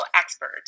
expert